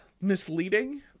misleading